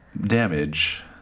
Damage